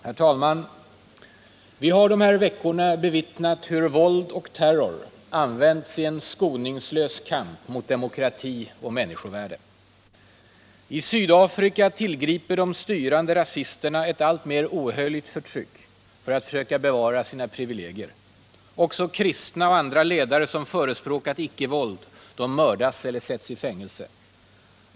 Herr talman! Vi har de här veckorna bevittnat hur våld och terror använts i en skoningslös kamp mot demokrati och människovärde. I Sydafrika tillgriper de styrande rasisterna ett alltmer ohöljt förtryck för att söka bevara sina privilegier. Också kristna och andra ledare som förespråkat icke-våld mördas eller sätts i fängelse.